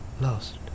lost